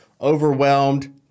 Overwhelmed